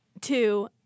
Two